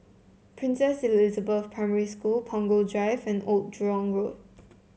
Princess Elizabeth Primary School Punggol Drive and Old Jurong Road